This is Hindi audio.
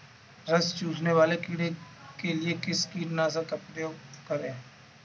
रस चूसने वाले कीड़े के लिए किस कीटनाशक का प्रयोग करें?